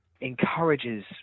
encourages